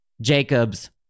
Jacob's